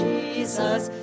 Jesus